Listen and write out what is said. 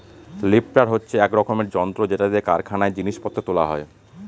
lifter হচ্ছে এক রকমের যন্ত্র যেটা দিয়ে কারখানায় জিনিস পত্র তোলা হয়